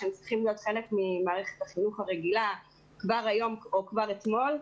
שהם צריכים להיות חלק ממערכת החינוך הרגילה כבר היום או כבר אתמול.